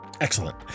Excellent